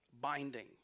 binding